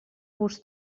vos